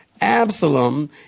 Absalom